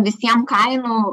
visiem kainų